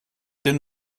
den